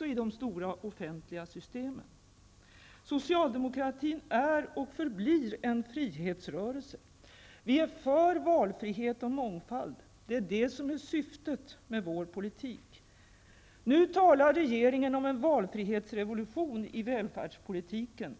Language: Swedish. även i de stora offentliga systemen. Socialdemokratin är och förblir en frihetsrörelse. Vi är för valfrihet och mångfald. Det är det som är syftet med vår politik. Nu talar regeringen om en valfrihetsrevolution i välfärdspolitiken.